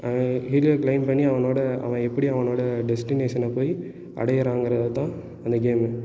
ஆ ஹில்ல கிளைம் பண்ணி அவனோடு அவன் எப்படி அவனோட டெஸ்டினேஷன போய் அடையுறாங்கிறது தான் அந்த கேமு